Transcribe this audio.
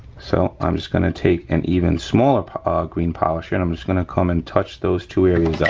so i'm just gonna take an even smaller green polisher and i'm just gonna come and touch those two areas up,